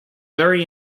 very